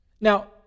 Now